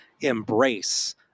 embrace